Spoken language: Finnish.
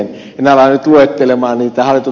en ala nyt luetella niitä